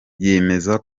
yemeza